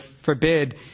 forbid